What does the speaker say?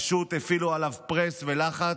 פשוט הפעילו עליו press ולחץ,